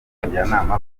njyanama